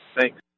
thanks